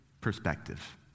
perspective